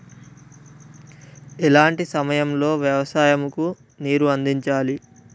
ఎలాంటి సమయం లో వ్యవసాయము కు నీరు అందించాలి?